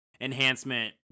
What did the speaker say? enhancement